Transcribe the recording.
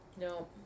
No